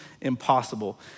impossible